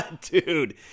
Dude